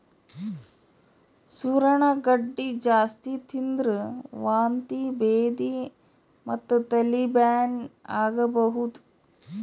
ಸೂರಣ ಗಡ್ಡಿ ಜಾಸ್ತಿ ತಿಂದ್ರ್ ವಾಂತಿ ಭೇದಿ ಮತ್ತ್ ತಲಿ ಬ್ಯಾನಿ ಆಗಬಹುದ್